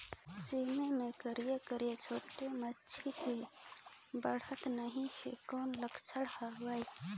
सेमी मे करिया करिया छोटे माछी हे बाढ़त नहीं हे कौन लक्षण हवय?